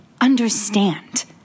understand